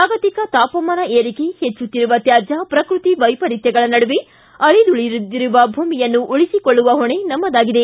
ಜಾಗತಿಕ ತಾಪಮಾನ ಏರಿಕೆ ಹೆಚ್ಚುತ್ತಿರುವ ತ್ವಾಜ್ಯ ಪ್ರಕೃತಿ ವೈಪರಿತ್ಯಗಳ ನಡುವೆ ಅಳಿದುಳಿದಿರುವ ಭೂಮಿಯನ್ನು ಉಳಿಸಿಕೊಳ್ಳುವ ಹೊಣೆ ನಮ್ಮದಾಗಿದೆ